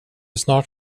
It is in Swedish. snart